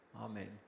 Amen